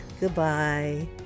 Goodbye